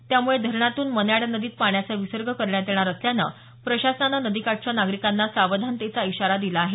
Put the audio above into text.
त्यामुळे धरणातून मन्याड नदीत पाण्याचा विसर्ग करण्यात येणार असल्यानं प्रशासनानं नदीकाठच्या नागरीकांना सावधानतेचा इशारा दिला आहे